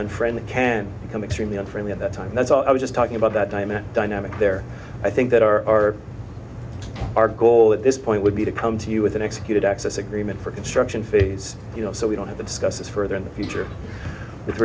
unfriend can become extremely unfriendly at that time that's what i was just talking about that i met dynamic there i think that our our goal at this point would be to come to you with an executed access agreement for construction phase you know so we don't have to discuss this further in the future with